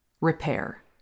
Repair